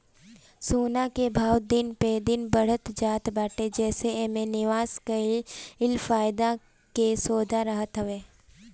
सोना कअ भाव दिन प दिन बढ़ते जात बाटे जेसे एमे निवेश कईल फायदा कअ सौदा रहत हवे